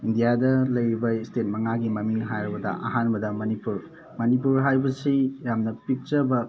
ꯏꯟꯗꯤꯌꯥꯗ ꯂꯩꯔꯤꯕ ꯏꯁꯇꯦꯠ ꯃꯉꯥꯒꯤ ꯃꯃꯤꯡ ꯍꯥꯏꯔꯕꯗ ꯑꯍꯥꯟꯕꯗ ꯃꯅꯤꯄꯨꯔ ꯃꯅꯤꯄꯨꯔ ꯍꯥꯏꯕꯁꯤ ꯌꯥꯝꯅ ꯄꯤꯛꯆꯕ